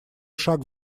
шаг